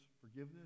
forgiveness